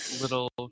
little